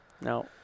No